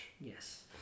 Yes